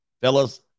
Fellas